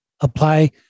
apply